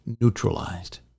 neutralized